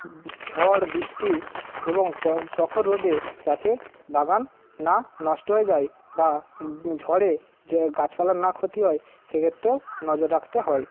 ঝড় বৃষ্টি এবং প প্রখর রোদে যাতে বাগান না নষ্ট হয়ে যায় বা ঝড়ে যে গাছপালার না ক্ষতি হয় সেক্ষেত্রেও নজর রাখতে হয়